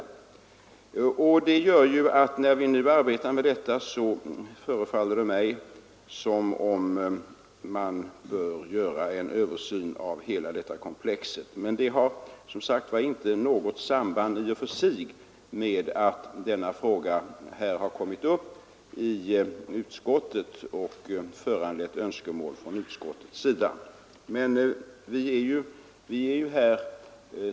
När vi nu arbetar med detta förefaller det mig som om man bör göra en översyn av hela detta komplex. Men detta har som sagt inte något samband i och för sig med att denna fråga kommit upp i utskottet och föranlett önskemål från utskottets sida.